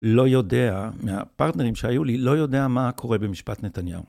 לא יודע, מהפרטנרים שהיו לי, לא יודע מה קורה במשפט נתניהו.